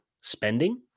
spending